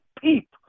peep